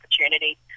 opportunity